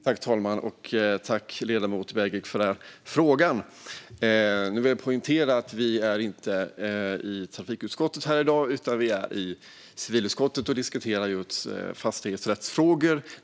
Herr talman! Jag tackar ledamoten Begic för frågorna om laddinfrastruktur och annat. Men jag vill poängtera att det inte är ett betänkande från trafikutskottet som debatteras utan civilutskottets betänkande om fastighetsrättsfrågor.